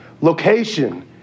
Location